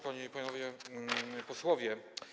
Panie i Panowie Posłowie!